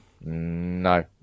No